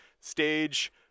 stage